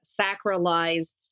sacralized